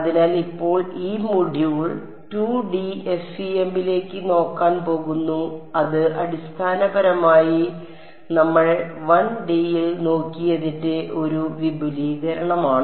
അതിനാൽ ഇപ്പോൾ ഈ മൊഡ്യൂൾ 2D FEM ലേക്ക് നോക്കാൻ പോകുന്നു അത് അടിസ്ഥാനപരമായി നമ്മൾ 1D യിൽ നോക്കിയതിന്റെ ഒരു വിപുലീകരണമാണ്